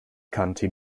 county